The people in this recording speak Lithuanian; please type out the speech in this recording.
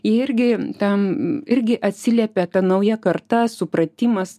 irgi tam irgi atsiliepia ta nauja karta supratimas